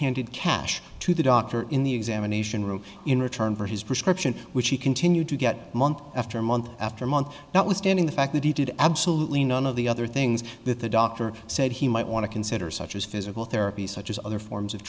handed cash to the doctor in the examination room in return for his prescription which he continued to get a month after month after month that was standing the fact that he did absolutely none of the other things that the doctor said he might want to consider such as physical therapy such as other forms of